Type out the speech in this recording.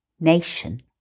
nation